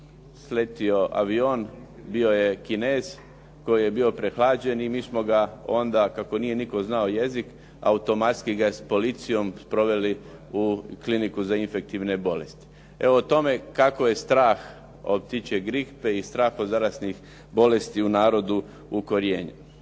sletio avion, bio je Kinez koji je bio prehlađen i mi smo ga onda kako nije nitko znao jezik, automatski ga s policijom proveli u Kliniku za infektivne bolesti. Evo o tome kako je strah od ptičje gripe i strah od zaraznih bolesti u narodu ukorijenjen.